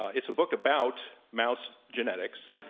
ah it's a book about mouse genetics.